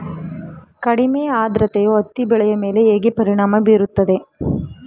ಕಡಿಮೆ ಆದ್ರತೆಯು ಹತ್ತಿ ಬೆಳೆಯ ಮೇಲೆ ಹೇಗೆ ಪರಿಣಾಮ ಬೀರುತ್ತದೆ?